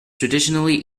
traditionally